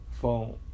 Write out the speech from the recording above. phone